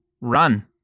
run